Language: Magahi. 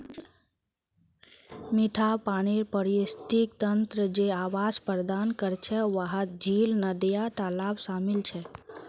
मिठा पानीर पारिस्थितिक तंत्र जे आवास प्रदान करछे वहात झील, नदिया, तालाब शामिल छे